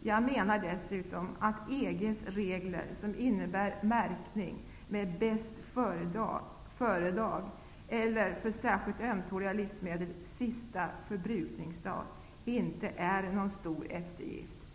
Jag menar dessutom att EG:s regler, som innebär märkning med bäst-föredag eller för särskilt ömtåliga livsmedel med sista förbrukningsdag, inte är någon stor eftergift.